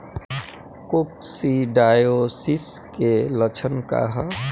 Coccidiosis के लक्षण का ह?